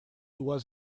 was